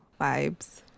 vibes